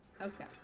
Okay